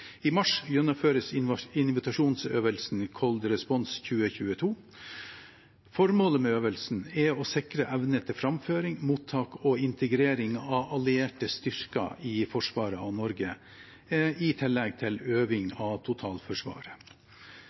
I mars gjennomføres invitasjonsøvelsen Cold Response 2022. Formålet med øvelsen er å sikre evne til framføring, mottak og integrering av allierte styrker i forsvaret av Norge, i tillegg til øving av totalforsvaret.